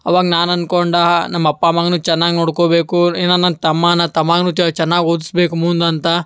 ಅವಾಗ ನಾನು ಅನ್ಕೊಂಡೆ ನಮ್ಮ ಅಪ್ಪ ಅಮ್ಮಂಗೂ ಚೆನ್ನಾಗಿ ನೋಡ್ಕೋಬೇಕು ಇನ್ನು ನನ್ನ ತಮ್ಮನ್ನ ತಮ್ಮಂಗು ಚೆನ್ನಾಗಿ ಓದ್ಸ್ಬೇಕು ಮುಂದೆ ಅಂತ